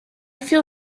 feel